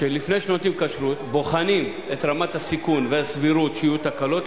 לפני שהם נותנים כשרות הם בוחנים את רמת הסיכון והסבירות שיהיו תקלות.